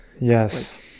Yes